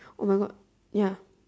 oh-my-god ya